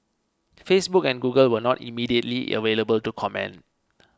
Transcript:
Facebook and Google were not immediately available to comment